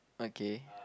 okay